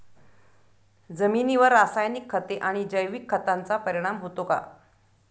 जमिनीवर रासायनिक खते आणि जैविक खतांचा परिणाम होतो का?